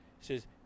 says